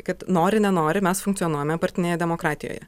kad nori nenori mes funkcionuojame partinėje demokratijoje